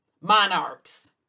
monarchs